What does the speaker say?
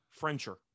Frencher